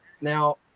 now